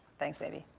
thanks baby,